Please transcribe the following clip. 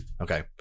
okay